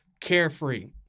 Carefree